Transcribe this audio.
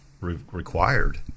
required